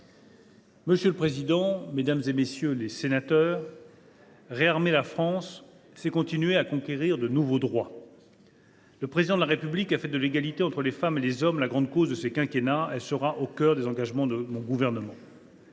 Madame la présidente, mesdames, messieurs les députés, réarmer la France, c’est continuer de conquérir de nouveaux droits. « Le Président de la République a fait de l’égalité entre les femmes et les hommes la grande cause de ses quinquennats. Elle sera au cœur des engagements de mon gouvernement.